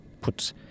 put